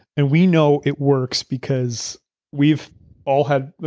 and we know it works because we've all had.